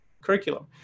curriculum